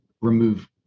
remove